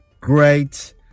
great